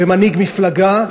ומנהיג מפלגה,